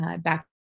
back